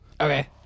Okay